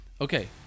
okay